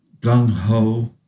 gung-ho